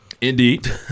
Indeed